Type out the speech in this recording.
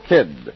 Kid